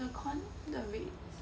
the rates